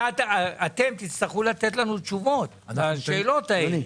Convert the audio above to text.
אתם תצטרכו לתת לנו תשובות לשאלות האלה.